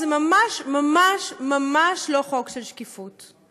זה ממש ממש ממש לא חוק של שקיפות,